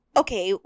okay